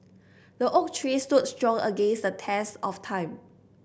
the oak tree stood strong against the test of time